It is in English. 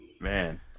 Man